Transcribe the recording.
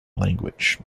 language